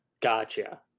Gotcha